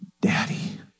Daddy